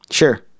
Sure